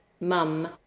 mum